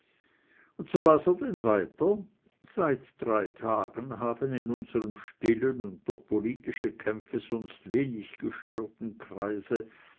und so las er denn weiter seit drei tagen haben in unserem stillen und durch politische kämpfe sonst wenig gestörten kreise